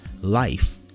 life